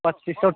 पच्चिस सौ